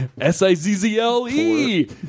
S-I-Z-Z-L-E